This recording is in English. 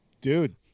dude